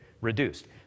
reduced